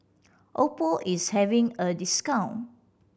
oppo is having a discount